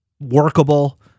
workable